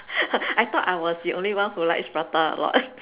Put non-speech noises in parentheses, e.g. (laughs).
(laughs) I thought I was the only one who likes prata a lot